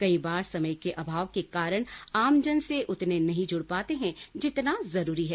कई बार समय के अभाव के कारण आमजन से उतने नहीं जुड़ पाते हैं जितना जरूरी है